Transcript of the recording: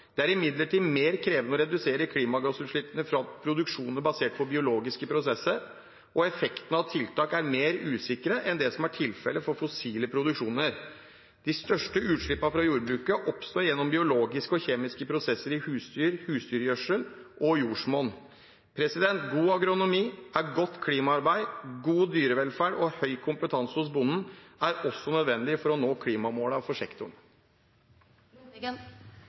Det er imidlertid mer krevende å redusere klimagassutslippene fra produksjoner basert på biologiske prosesser, og effektene av tiltak er mer usikre enn det som er tilfellet for fossile produksjoner. De største utslippene fra jordbruket oppstår gjennom biologiske og kjemiske prosesser i husdyr, husdyrgjødsel og jordsmonn. God agronomi er godt klimaarbeid og god dyrevelferd, og høy kompetanse hos bonden er også nødvendig for å nå klimamålene for